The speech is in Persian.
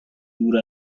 دور